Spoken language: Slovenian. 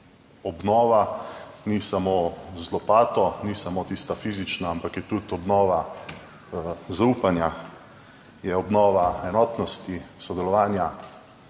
obnova ni samo z lopato, ni samo tista fizična, ampak je tudi obnova zaupanja je obnova enotnosti, sodelovanja,